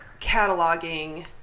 cataloging